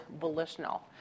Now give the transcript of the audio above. volitional